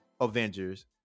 avengers